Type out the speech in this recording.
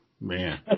Man